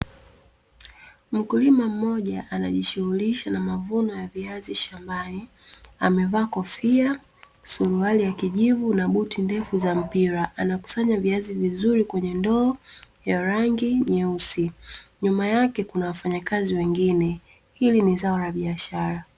Mkulima mmoja anajishughulisha na mavuno ya viazi shambani, amevaa kofia, suruali ya kijivu na buti ndefu za mpira ana vikusanya viazi vizuri kwenye ndoo, ya rangi nyeusi. Nyuma yake kuna wafanyakazi wengine, hili ni zao la biashara.